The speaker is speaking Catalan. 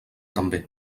també